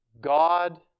God